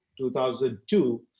2002